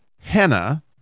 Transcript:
henna